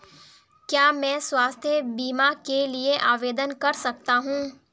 क्या मैं स्वास्थ्य बीमा के लिए आवेदन कर सकता हूँ?